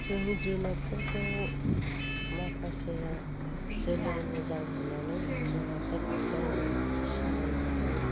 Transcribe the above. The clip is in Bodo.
जों जुनादफोरखौ माखासे जोलै मोजां होननानै बिमाफोरनिफ्राय सिनायनो हायो